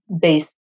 based